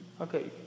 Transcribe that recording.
Okay